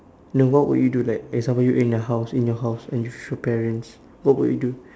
no what would you do like and some more you in a house in your house and with your parents what would you do